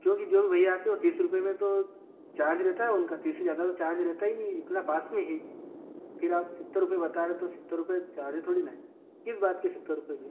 क्योंकि जो भी भैया आते वो तीस रुपये में तो चार्ज रहता है उनका तीस से ज़्यादा वो चार्ज रहता ही नहीं इतना पास में है फिर आप सत्तर रुपये बता रहे हो सत्तर रुपये चार्ज थोड़ी न है किस बात के सत्तर रुपये भाई